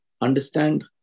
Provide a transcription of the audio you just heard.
understand